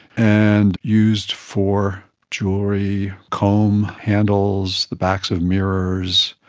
and used for jewellery, comb handles, the backs of mirrors,